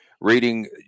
reading